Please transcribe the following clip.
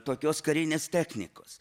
tokios karinės technikos